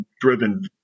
driven